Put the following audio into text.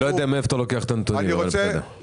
אני לא יודע מאיפה אתה לוקח את הנתונים, אבל בסדר.